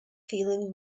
feeling